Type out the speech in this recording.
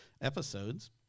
episodes